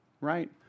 right